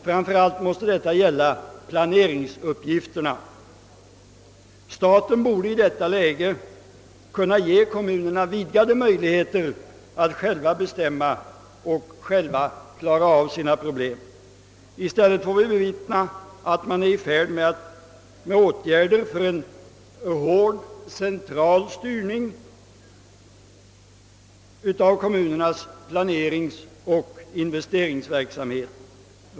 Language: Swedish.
Framför allt måste detta gälla planeringsuppgifterna. Staten borde i detta läge ge kommunerna vidgade möjligheter att själva bestämma och klara av sina problem. I stället får vi bevittna att man är i färd med åtgärder för en hård central styrning av kommunernas planeringsoch investeringsverksamhet.